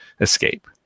escape